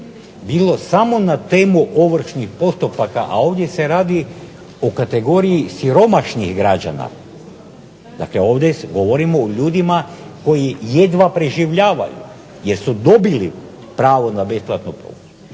bilo samo na temu ovršnih postupaka a ovdje se radi o kategoriji siromašnih građana, ovdje govorimo o ljudima koji jedva preživljavaju jer su dobili pravo na besplatnu pomoć